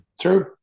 True